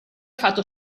fatto